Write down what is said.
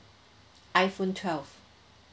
iphone twelve